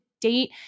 date